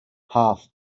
half